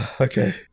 okay